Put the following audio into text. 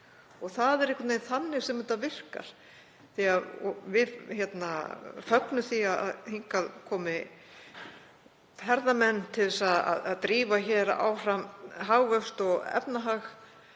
Það er einhvern veginn þannig sem þetta virkar; við fögnum því að hingað komi ferðamenn til að drífa áfram hagvöxt og efnahag,